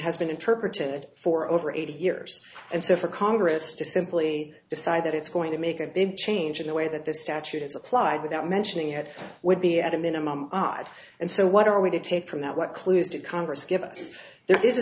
has been interpreted for over eighty years and so for congress to simply decide that it's going to make a big change in the way that this statute is applied without mentioning it would be at a minimum odd and so what are we to take from that what clues to congress give us there is a